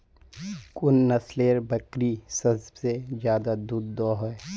कुन नसलेर बकरी सबसे ज्यादा दूध दो हो?